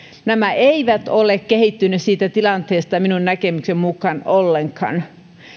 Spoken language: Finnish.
nämä eivät ole kehittyneet siitä tilanteesta minun näkemykseni mukaan ollenkaan